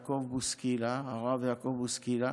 הרב יעקב בוסקילה,